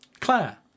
Claire